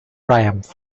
triumph